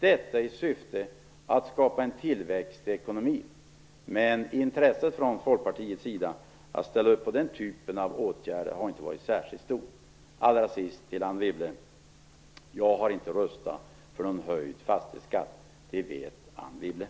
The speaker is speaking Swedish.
Detta gör vi i syfte att skapa en tillväxt i ekonomin. Men intresset från Folkpartiets sida för att ställa upp på den typen av åtgärder har inte varit särskilt stort. Allra sist vill jag säga till Anne Wibble: Jag har inte röstat för någon höjd fastighetsskatt. Det vet